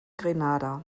grenada